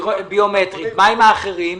מה עם האחרים?